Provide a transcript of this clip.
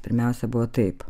pirmiausia buvo taip